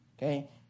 Okay